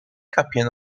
kapie